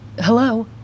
Hello